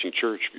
church